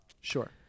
sure